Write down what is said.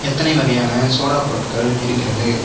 எத்தனை வகையான சோடா பொருட்கள் இருக்கிறது